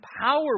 power